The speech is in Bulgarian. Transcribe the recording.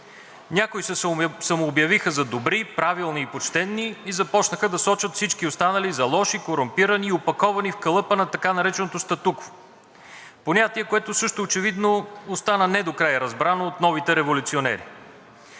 Някои се самообявиха за добри, правилни и почтени и започнаха да сочат всички останали за лоши, корумпирани и опаковани в калъпа на така нареченото статукво – понятие, което също очевидно остана не до края разбрано от новите революционери.